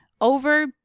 over